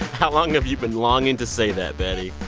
how long have you been longing to say that betty?